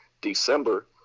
December